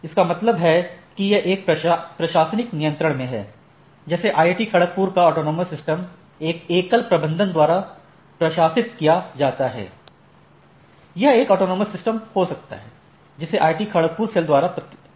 इसका मतलब है कि यह एक प्रशासनिक नियंत्रण में है जैसे आईआईटी खड़गपुर का ऑटॉनमस सिस्टम एक एकल प्रबंधन द्वारा प्रशासित किया जाता है यह एक ऑटॉनमस सिस्टम हो सकती है जिसे आईआईटी खड़गपुर सेल द्वारा प्रबंधित किया जाता है